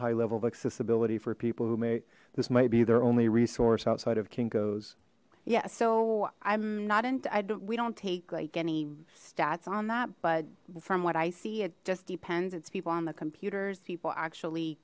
high level of accessibility for people who may this might be their only resource outside of kinkos yeah so i'm not in i don't we don't take like any stats on that but from what i see it just depends it's people on the computers people actually